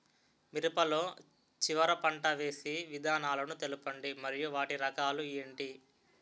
మిరప లో చివర పంట వేసి విధానాలను తెలపండి మరియు వాటి రకాలు ఏంటి